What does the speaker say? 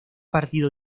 partido